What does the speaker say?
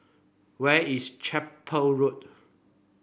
where is Chapel Road